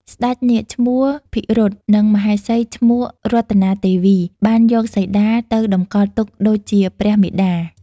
ស្តេចនាគឈ្មោះ«ភិរុណ»និងមហេសី ឈ្មោះ «រតនាទេវី» បានយកសីតាទៅតម្កល់ទុកដូចជាព្រះមាតា។